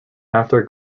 after